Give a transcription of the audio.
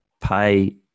pay